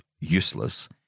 useless